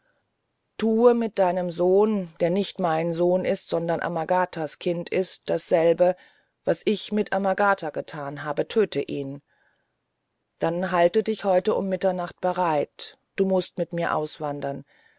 tue mit deinem sohn der nicht mein sohn sondern amagatas kind ist dasselbe was ich mit amagata getan habe töte ihn dann halte dich heute um mitternacht bereit du mußt mit mir auswandern